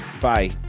Bye